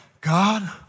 God